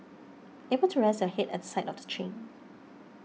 able to rest your head at the side of the train